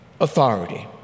Authority